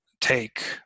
take